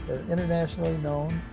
internationally known,